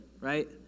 right